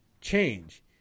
Change